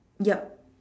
yup